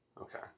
Okay